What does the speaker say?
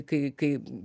kai kai